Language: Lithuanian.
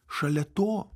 šalia to